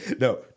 No